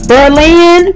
Berlin